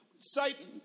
Satan